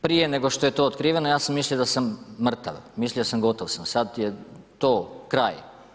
Prije nego što je to otkriveno ja sam mislio da sam mrtav, mislio sam gotov sam, sad je to kraj.